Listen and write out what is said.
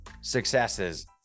successes